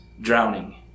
drowning